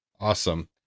Awesome